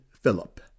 Philip